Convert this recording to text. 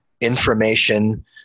information